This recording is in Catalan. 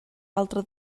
altre